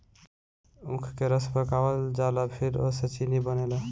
ऊख के रस के पकावल जाला फिर ओसे चीनी बनेला